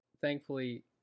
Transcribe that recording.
Thankfully